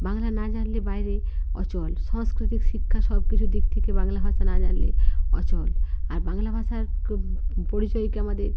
বাংলা না জানলে বাইরে অচল সাংস্কৃতিক শিক্ষা সবকিছু দিক থেকে বাংলা ভাষা না জানলে অচল আর বাংলা ভাষার পরিচয়কে আমাদের